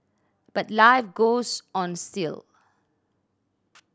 but life goes on still